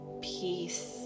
peace